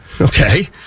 Okay